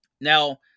Now